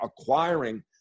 acquiring